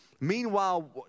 Meanwhile